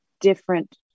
different